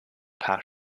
paar